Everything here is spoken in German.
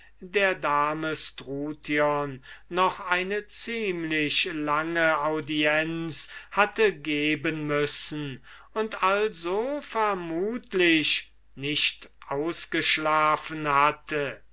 der dame struthion noch eine ziemlich lange audienz hatte geben müssen und also vermutlich nicht ausgeschlafen hatte